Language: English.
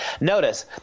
Notice